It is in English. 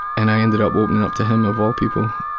and i ended up opening up to him of all people.